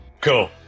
Cool